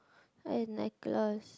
and necklace